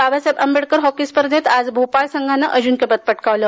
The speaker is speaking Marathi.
बाबासाहेब आंबेडकर हॉकी स्पर्धेत आज भोपाऴ संघानं अजिंक्यपद पटकावलं